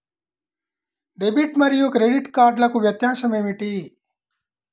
Debit మరియు credit కార్డ్లకు వ్యత్యాసమేమిటీ?